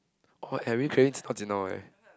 oh I really craving now eh